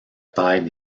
taille